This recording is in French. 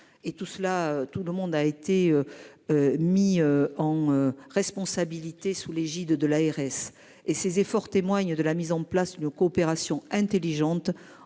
tout le monde a été. Mis en responsabilité sous l'égide de l'ARS et ses efforts témoigne de la mise en place une coopération intelligente